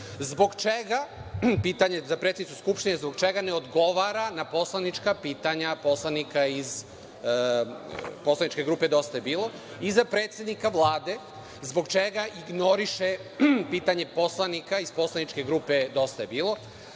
poštovati. Pitanje za predsednicu Skupštine je – zbog čega ne odgovara na poslanička pitanja poslanika iz poslaničke grupe Dosta je bilo? Pitanje za predsednika Vlade – zbog čega ignoriše pitanje poslanika iz poslaničke grupe Dosta je bilo?